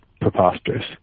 preposterous